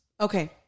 Okay